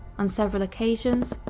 on several occasions,